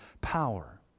power